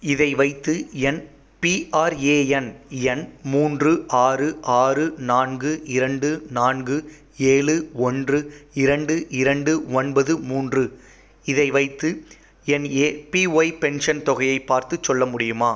இதை வைத்து என்பிஆர்ஏஎன் எண் மூன்று ஆறு ஆறு நான்கு இரண்டு நான்கு ஏழு ஒன்று இரண்டு இரண்டு ஒன்பது மூன்று இதை வைத்து என் ஏபிஒய் பென்ஷன் தொகையை பார்த்துச் சொல்ல முடியுமா